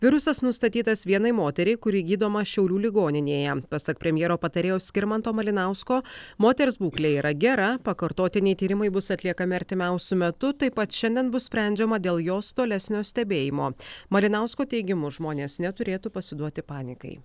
virusas nustatytas vienai moteriai kuri gydoma šiaulių ligoninėje pasak premjero patarėjo skirmanto malinausko moters būklė yra gera pakartotiniai tyrimai bus atliekami artimiausiu metu taip pat šiandien bus sprendžiama dėl jos tolesnio stebėjimo malinausko teigimu žmonės neturėtų pasiduoti panikai